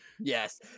Yes